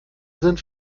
sind